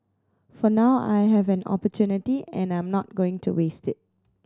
for now I have an opportunity and I'm not going to waste it